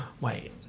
Wait